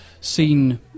seen